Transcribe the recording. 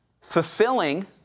fulfilling